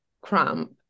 cramp